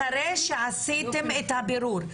אחרי שעשיתם את הבירור.